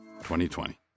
2020